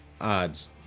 Odds